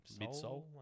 midsole